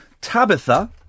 Tabitha